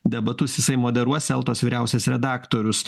debatus jisai moderuos eltos vyriausias redaktorius